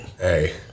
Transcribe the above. Hey